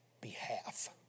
behalf